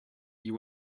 you